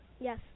yes